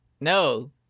no